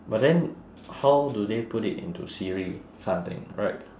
but then how do they put it into siri this kind of thing correct